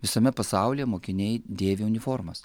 visame pasaulyje mokiniai dėvi uniformas